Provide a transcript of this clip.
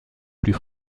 plus